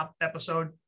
episode